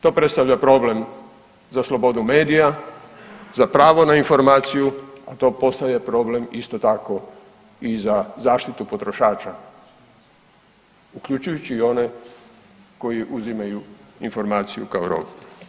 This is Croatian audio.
To predstavlja problem za slobodu medija, za pravo na informaciju, a to postaje problem, isto tako i za zaštitu potrošača, uključujući i one koji uzimaju informaciju kao robu.